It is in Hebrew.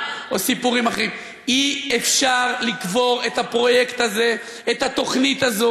ואז מגיעה תשובת הממשלה,